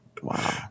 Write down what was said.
wow